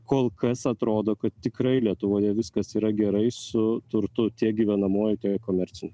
kol kas atrodo kad tikrai lietuvoje viskas yra gerai su turtu tiek gyvenamuoju tiek komerciniu